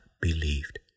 believed